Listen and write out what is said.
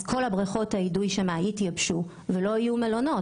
אז כל בריכות האידוי יתייבשו ולא יהיו מלונות,